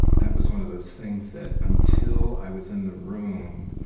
that was one of those things that until i was in the room